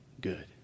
good